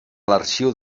l’arxiu